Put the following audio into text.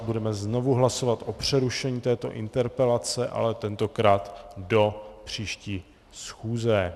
Budeme znovu hlasovat o přerušení této interpelace, ale tentokrát do příští schůze.